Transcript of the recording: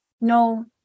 No